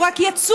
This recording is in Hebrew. הוא רק יצוף.